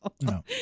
No